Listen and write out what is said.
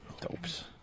Dopes